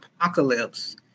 apocalypse